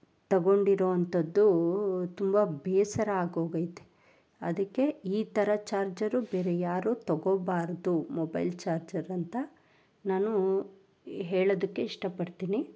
ತಗೊಂಡಿರುವಂತದ್ದು ತುಂಬ ಬೇಸರ ಆಗೋಗೈತೆ ಅದಕ್ಕೆ ಈ ಥರ ಚಾರ್ಜರು ಬೇರೆ ಯಾರು ತಗೋಬಾರದು ಮೊಬೈಲ್ ಚಾರ್ಜರ್ ಅಂತ ನಾನು ಹೇಳೋದಕ್ಕೆ ಇಷ್ಟಪಡ್ತೀನಿ